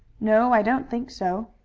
no, i don't think so.